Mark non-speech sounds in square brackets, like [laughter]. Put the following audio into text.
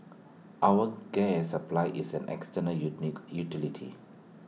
our gas supply is an [unintelligible] utility